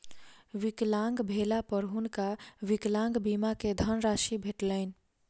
विकलांग भेला पर हुनका विकलांग बीमा के धनराशि भेटलैन